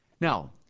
Now